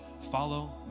follow